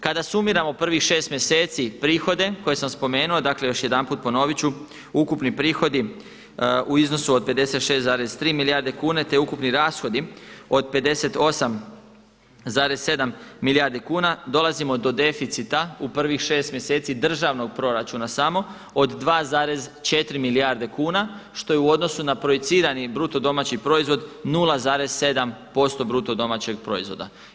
Kada sumiramo prvih 6 mjeseci prihode koje sam spomenuo, dakle još jedanput ponoviti ću, ukupni prihodi u iznosu od 56,3 milijarde kuna, te ukupni rashodi od 58,7 milijardi kuna dolazimo do deficita u prvih 6 mjeseci državnog proračuna samo od 2,4 milijarde kuna što je u odnosu na projicirani BDP 0,7% BDP-a.